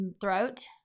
throat